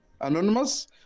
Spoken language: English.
anonymous